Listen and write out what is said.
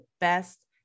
best